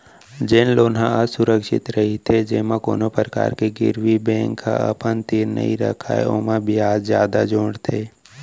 जेन लोन ह असुरक्छित रहिथे जेमा कोनो परकार के गिरवी बेंक ह अपन तीर नइ रखय ओमा बियाज जादा जोड़थे